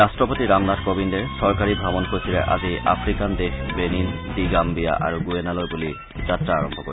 ৰাষ্ট্ৰপতি ৰামনাথ কবিন্দে চৰকাৰী ভ্ৰমণসূচীৰে আজি আফ্ৰিকান দেশ বেনিন দি গামবিয়া আৰু গুৱেনালৈ বুলি যাত্ৰা আৰম্ভ কৰিব